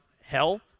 hell